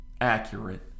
accurate